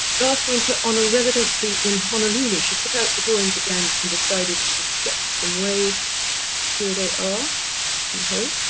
last winter on a residency in honolulu she took out the drawings again and decided to sketch some waves here they are i hope